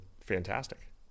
fantastic